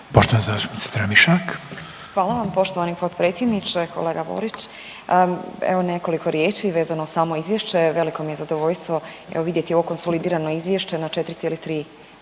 **Tramišak, Nataša (HDZ)** Hvala vam poštovani potpredsjedniče. Kolega Borić, evo nekoliko riječi vezano uz samo izvješće. Veliko mi je zadovoljstvo, evo, vidjeti ovo konsolidirano izvješće na 4,3